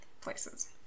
places